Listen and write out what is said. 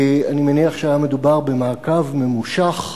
אני מניח שמדובר במעקב ממושך,